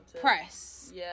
press